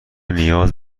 نیاز